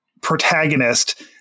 protagonist